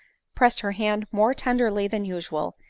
pressed her hand more tenderly than usual,